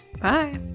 bye